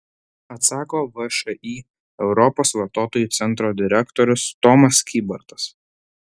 atsako všį europos vartotojų centro direktorius tomas kybartas